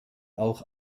auch